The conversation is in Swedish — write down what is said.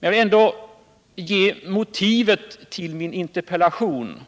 men vill ändå ge motivet till min interpellation.